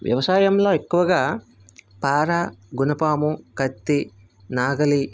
వ్యవసాయంలో ఎక్కువగా పారా గునపము కత్తి నాగలి